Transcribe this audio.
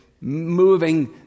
moving